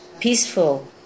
peaceful